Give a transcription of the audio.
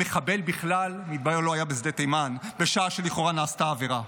המחבל כלל לא היה בשדה תימן בשעה שלכאורה נעשתה העבירה.